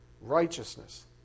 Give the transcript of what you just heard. righteousness